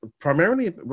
Primarily